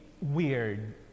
weird